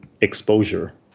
exposure